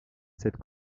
cette